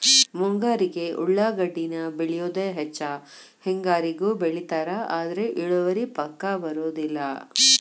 ಮುಂಗಾರಿಗೆ ಉಳಾಗಡ್ಡಿನ ಬೆಳಿಯುದ ಹೆಚ್ಚ ಹೆಂಗಾರಿಗೂ ಬೆಳಿತಾರ ಆದ್ರ ಇಳುವರಿ ಪಕ್ಕಾ ಬರುದಿಲ್ಲ